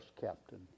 captain